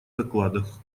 докладах